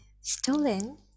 stolen